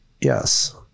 Yes